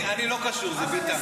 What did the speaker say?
אני לא קשור, זה ביטן.